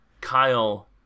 Kyle